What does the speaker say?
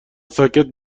ساکت